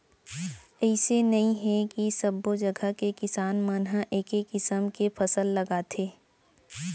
अइसे नइ हे के सब्बो जघा के किसान मन ह एके किसम के फसल लगाथे